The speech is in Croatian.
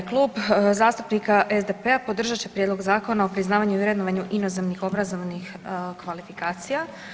Klub zastupnika SDP-a podržat će prijedlog Zakona o priznavanju i vrednovanju inozemnih obrazovnih kvalifikacija.